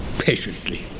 patiently